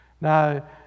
Now